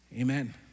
amen